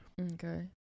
Okay